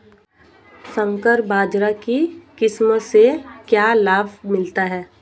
संकर बाजरा की किस्म से क्या लाभ मिलता है?